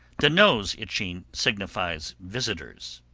the nose itching signifies visitors.